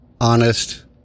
honest